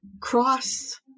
cross